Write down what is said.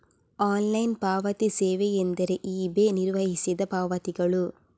online ಪಾವತಿ ಸೇವೆಯೆಂದರೆ eBay ನಿರ್ವಹಿಸಿದ ಪಾವತಿಗಳು